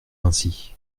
ainsi